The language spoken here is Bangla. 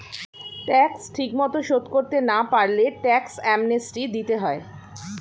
ট্যাক্স ঠিকমতো শোধ করতে না পারলে ট্যাক্স অ্যামনেস্টি দিতে হয়